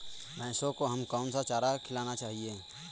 भैंसों को हमें कौन सा चारा खिलाना चाहिए?